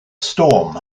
storm